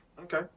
Okay